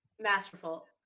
masterful